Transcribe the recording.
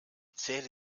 zähle